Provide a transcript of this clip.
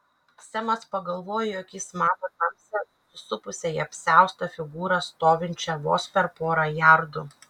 semas pagalvojo jog jis mato tamsią susisupusią į apsiaustą figūrą stovinčią vos per porą jardų